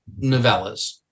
novellas